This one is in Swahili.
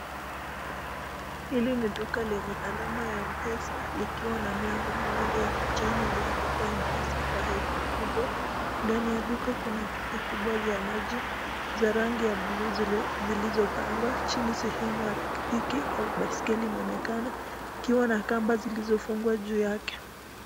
Hili ni duka lenye alama ya M-pesa ikiwa na milango miwili ya kijani ambalo limeamdikwa M-pesa kwa herufi kubwa. Ndani ya duka kuna chupa kubwa za maji za rangi ya buluu zilizopangwa. Hii ni sehemu ya pikipiki au baiskeli inaonekana ikiwa na kamba zilizofungwa juu yake.